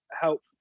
help